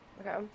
okay